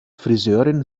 friseurin